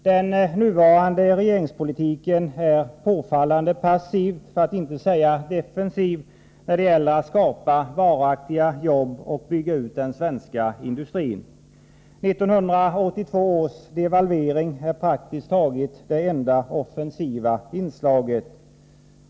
Den nuvarande regeringspolitiken är påfallande passiv för att inte säga defensiv när det gäller att skapa varaktiga jobb och bygga ut den svenska industrin. 1982 års devalvering är praktiskt taget det enda offensiva inslaget.